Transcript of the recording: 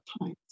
times